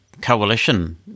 coalition